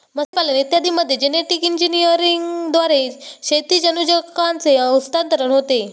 मत्स्यपालन इत्यादींमध्ये जेनेटिक इंजिनिअरिंगद्वारे क्षैतिज जनुकांचे हस्तांतरण होते